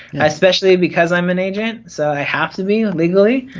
especially because i'm an agent so i have to be legally.